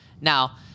Now